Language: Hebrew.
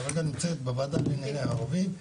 כרגע היא נמצאת בוועדה לענייני ערבים,